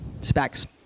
specs